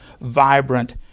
vibrant